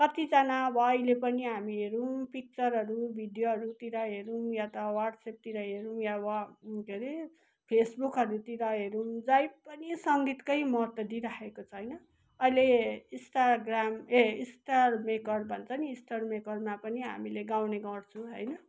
कतिजना अहिले पनि अब हामी हेरौँ पिक्चरहरू भिडियोहरूतिर हेरौँ या त व्हाट्सएप्पतिर हेरौँ या वा के अरे फेसबुकहरूतिर हेरौँ जहीँ पनि सङ्गीतकै महत्व दिइराखेको छ होइन अहिले इन्स्टाग्राम ए स्टार मेकर भन्छ नि स्टार मेकरमा पनि हामीले गाउने गर्छु होइन